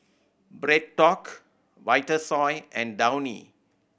BreadTalk Vitasoy and Downy